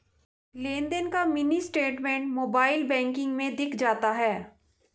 लेनदेन का mini statement mobile banking में दिख जाता है